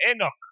Enoch